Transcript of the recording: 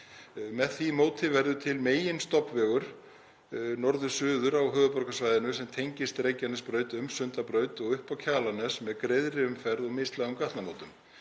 Með því móti verður til meginstofnvegur norður og suður á höfuðborgarsvæðinu sem tengist Reykjanesbraut um Sundabraut og upp á Kjalarnes með greiðri umferð og mislægum gatnamótum.